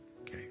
Okay